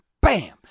bam